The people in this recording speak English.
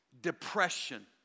Depression